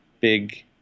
big